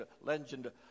legend